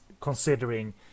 considering